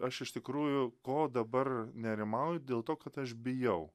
aš iš tikrųjų ko dabar nerimauju dėl to kad aš bijau